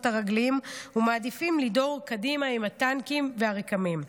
הרגליים ומעדיפים לדהור קדימה עם הטנקים והרק"מים.